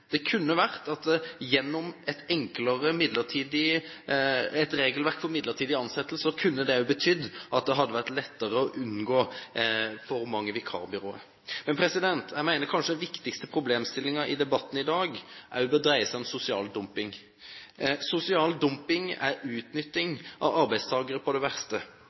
Et enklere regelverk for midlertidig ansettelser kunne bety at det hadde vært lettere å unngå for mange vikarbyråer. Jeg mener at den kanskje viktigste problemstillingen i debatten i dag dreier seg om sosial dumping. Sosial dumping er utnytting av arbeidstakere på det verste,